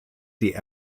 die